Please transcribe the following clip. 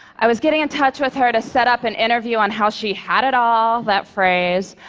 i was getting in touch with her to set up an interview on how she had it all that phrase.